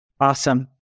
Awesome